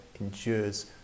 endures